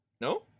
No